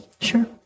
Sure